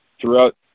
throughout